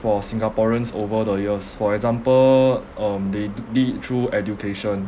for singaporeans over the years for example um they do lead through education